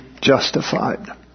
justified